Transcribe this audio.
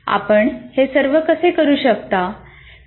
आपण हे सर्व कसे करू शकतो